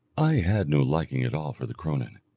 i had no liking at all for the cronan,